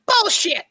bullshit